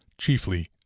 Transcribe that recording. chiefly